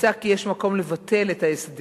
נמצא כי יש מקום לבטל את ההסדר.